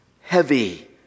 heavy